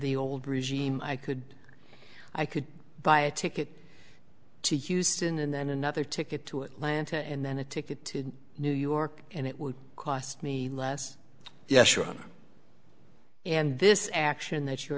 the old regime i could i could buy a ticket to houston and then another ticket to atlanta and then a ticket to new york and it would cost me less yes sure and this action that